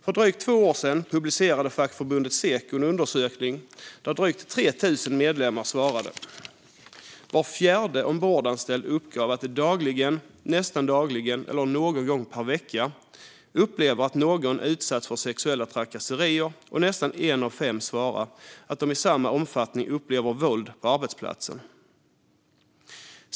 För drygt två år sedan publicerade fackförbundet Seko en undersökning som drygt 3 000 medlemmar svarade på. Var fjärde ombordanställd uppgav att de dagligen, nästan dagligen eller någon gång per vecka upplever att någon utsatts för sexuella trakasserier. Nästan en av fem svarar att de i samma omfattning upplever våld på arbetsplatsen.